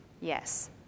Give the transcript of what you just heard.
Yes